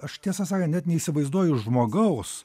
aš tiesą sakant net neįsivaizduoju žmogaus